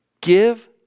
Give